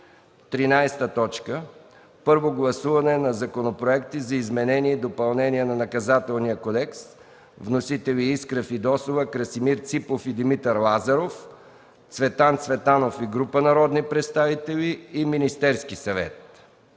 съвет. 13. Първо гласуване на законопроекти за изменение и допълнение на Наказателния кодекс. Вносители – Искра Фидосова, Красимир Ципов и Димитър Лазаров; Цветан Цветанов и група народни представители; Министерският съвет.